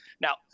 Now